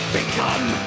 Become